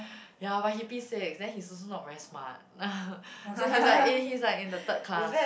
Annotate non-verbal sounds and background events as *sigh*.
ya but he P-six then he's also not very smart *laughs* so he's like eh he's like in the third class